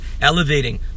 elevating